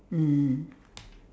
mm